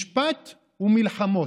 משפט ומלחמות,